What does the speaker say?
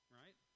right